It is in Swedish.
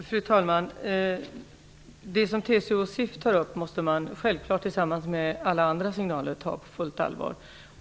Fru talman! Det här som TCO och SIF tar upp måste man självfallet, tillsammans med alla andra signaler, ta på allvar.